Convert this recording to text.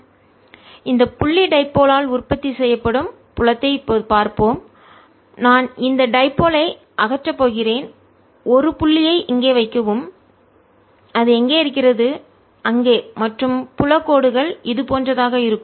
எனவே இந்த புள்ளி டைபோல்இருமுனைஆல் உற்பத்தி செய்யப்படும் புலத்தை பார்ப்போம் நான் இந்த டைபோல்இருமுனைஐ அகற்றப் போகிறேன் ஒரு புள்ளியை இங்கே வைக்கவும் அது எங்கே இருக்கிறது அங்கே மற்றும் புலக்கோடுகள் இது போன்றதாக இருக்கும்